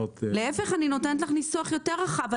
להיפך, אני נותנת לך ניסוח יותר רחב.